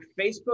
Facebook